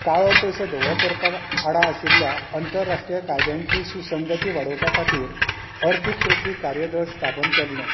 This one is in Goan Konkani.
काळो पयसो धवो करपा आडा आशिल्ल्या आंतरराष्ट्रीय ए एम एल कायद्यांची सुसंगती वाडोवपा खातीर अर्थीक कृती कार्यदळ एफ ए टी एफ स्थापन केल्लें